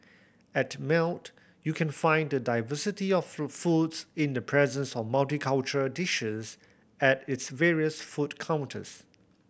at Melt you can find the diversity of fruit foods in the presence of multicultural dishes at its various food counters